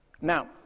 Now